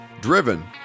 driven